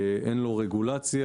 אין לו רגולציה.